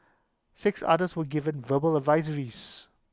six others were given verbal advisories